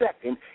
second –